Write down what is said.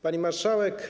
Pani Marszałek!